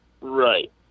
Right